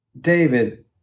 David